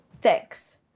Thanks